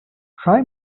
try